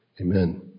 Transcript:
Amen